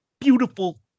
beautiful